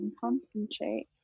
concentrate